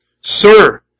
sir